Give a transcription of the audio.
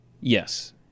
Yes